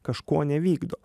kažko nevykdo